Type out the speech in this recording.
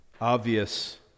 obvious